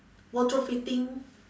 wardrobe fitting